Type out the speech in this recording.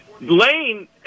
Lane